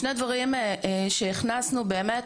שני דברים שהכנסנו באמת,